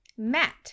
Matt